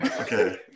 Okay